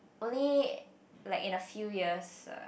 only like in a few years ah